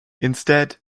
instead